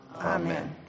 Amen